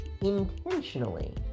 intentionally